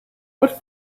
what